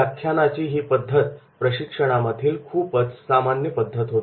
व्याख्यानाची ही पद्धत प्रशिक्षणामधील खूपच सामान्य पद्धत होती